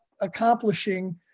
accomplishing